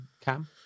Cam